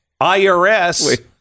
IRS